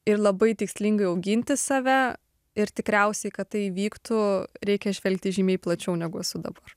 ir labai tikslingai auginti save ir tikriausiai kad tai įvyktų reikia žvelgti žymiai plačiau negu esu dabar